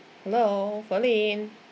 hello calling in